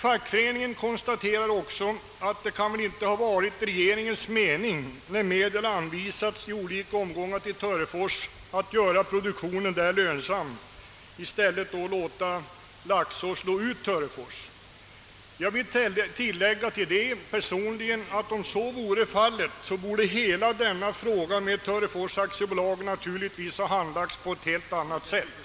Fackföreningen konstaterar också att det inte kan ha varit regeringens mening när medel i olika omgångar har anvi sats till Törefors att göra produktionen där olönsam och i stället låta Laxå slå ut detta företag. Jag vill tillägga att om så vore fallet borde hela denna fråga ha handlagts på ett helt annat sätt.